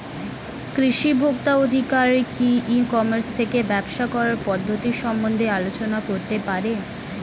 কৃষি ভোক্তা আধিকারিক কি ই কর্মাস থেকে ব্যবসা করার পদ্ধতি সম্বন্ধে আলোচনা করতে পারে?